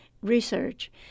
research